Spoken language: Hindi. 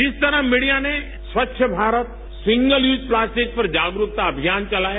जिस तरह मीडिया ने Swachh Bharat single use plastic पर जागरूकता अभियान चलाया